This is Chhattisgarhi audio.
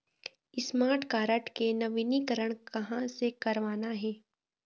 स्मार्ट कारड के नवीनीकरण कहां से करवाना हे?